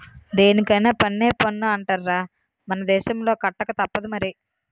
దేనికైన పన్నే పన్ను అంటార్రా మన దేశంలో కట్టకతప్పదు మరి